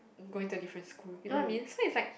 going to a different school you know what I mean so is like